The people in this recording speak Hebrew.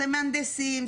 זה מהנדסים,